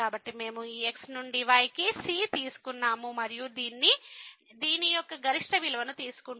కాబట్టి మేము ఈ x నుండి y కి c తీసుకున్నాము మరియు దీని యొక్క గరిష్ట విలువను తీసుకుంటాము